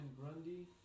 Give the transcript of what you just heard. Grundy